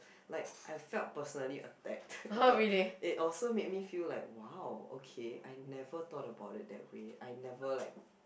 like I felt personally attacked but it also made me feel like !wow! okay I never thought about it that way I never like